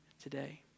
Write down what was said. today